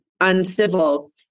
uncivil